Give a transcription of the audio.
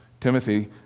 Timothy